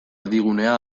erdigunea